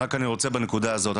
רק אני רוצה להגיד משהו בנקודה הזאת.